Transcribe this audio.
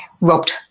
robbed